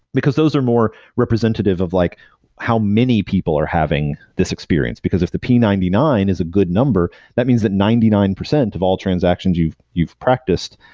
because those are more representative of like how many people are having this experience. because if the p nine nine is a good number, that means that ninety nine percent of all transactions you've you've practiced,